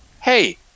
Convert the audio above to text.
hey